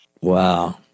wow